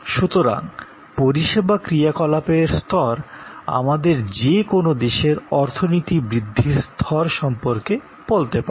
সুতরাং পরিষেবা ক্রিয়াকলাপের স্তর আমাদের যে কোনো দেশের অর্থনীতি বৃদ্ধির স্তর সম্পর্কে বলতে পারে